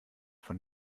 von